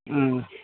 ओं